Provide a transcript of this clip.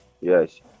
Yes